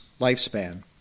lifespan